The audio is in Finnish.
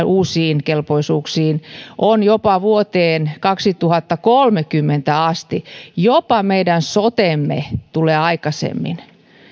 uusiin kelpoisuuksiin ulottuvat jopa vuoteen kaksituhattakolmekymmentä asti jopa meidän sotemme tulee aikaisemmin